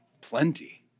plenty